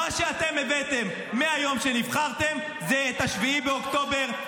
מה שאתם הבאתם מהיום שנבחרתם זה את 7 באוקטובר,